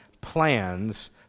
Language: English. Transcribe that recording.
plans